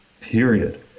Period